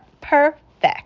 perfect